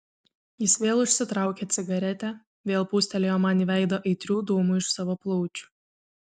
jis vėl užsitraukė cigaretę vėl pūstelėjo man į veidą aitrių dūmų iš savo plaučių